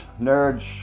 nerds